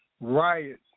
riots